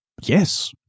yes